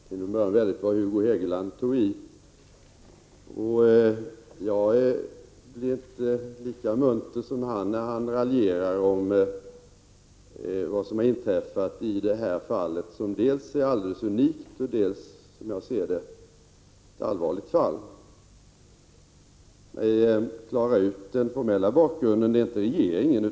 Fru talman! Det var väldigt vad Hugo Hegeland tog i. Jag är inte lika munter som han, när han raljerar om vad som har inträffat i det här fallet, som dels är alldeles unikt, dels — som jag ser det — är ett allvarligt fall. Att klara ut den formella bakgrunden är inte regeringens sak.